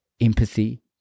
empathy